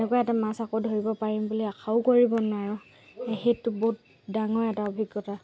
তেনেকুৱা এটা মাছ আকৌ ধৰিব পাৰিম বুলি আশাও কৰিব নোৱাৰোঁ সেইটো বহুত ডাঙৰ এটা অভিজ্ঞতা